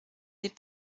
des